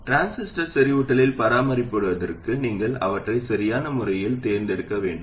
transistor செறிவூட்டலில் பராமரிக்கப்படுவதற்கு நீங்கள் அவற்றை சரியான முறையில் தேர்ந்தெடுக்க வேண்டும்